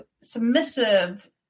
submissive